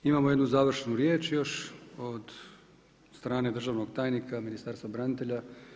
Imamo jednu završnu riječ još od strane državnog tajnika, Ministarstva branitelja.